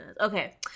Okay